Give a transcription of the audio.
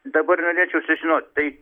dabar norėčiau sužinot tai